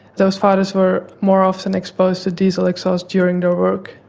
those fathers were more often exposed to diesel exhaust during their work.